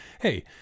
hey